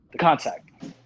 contact